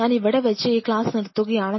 ഞാൻ ഇവിടെ വെച്ച് ഈ ക്ലാസ് നിർത്തുകയാണ്